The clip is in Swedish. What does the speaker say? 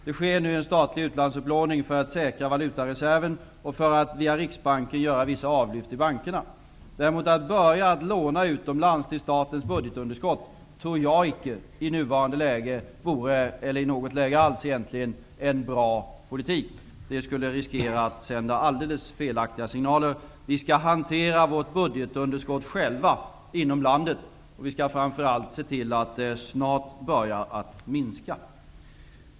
Det sker nu en statlig utlandsupplåning för att säkra valutareserven och för att via Riksbanken göra vissa avlyft i bankerna. Däremot att börja låna utomlands till statens budgetunderskott tror jag inte i nuvarande läge -- eller i något läge alls egentligen -- vore en bra politik. Man skulle riskera att ge alldeles felaktiga signaler. Vi skall hantera vårt budgetunderskott själva inom landet. Vi skall framför allt se till att det snart börjar att minska.